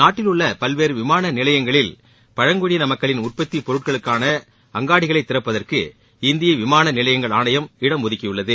நாட்டிலுள்ள பல்வேறு விமான நிலையங்களில் பழங்குடி மக்களின் உற்பத்தி பொருட்களுக்கான அங்காடிகளை திறப்பதற்கு இந்திய விமான நிலையங்கள் ஆணையம் இடம் ஒதுக்கியுள்ளது